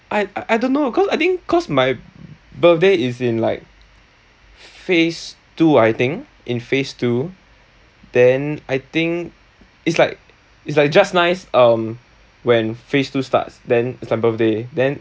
I I don't know cause I think cause my birthday is in like phase two I think in phase two then I think it's like it's like just nice um when phase two starts then it's my birthday then